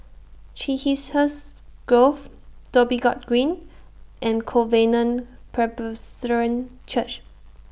Chiselhurst Grove Dhoby Ghaut Green and Covenant Presbyterian Church